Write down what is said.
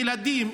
ילדים,